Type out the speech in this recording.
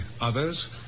others